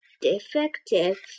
Defective